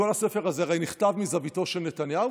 כל הספר הזה הרי נכתב מזוויתו של נתניהו,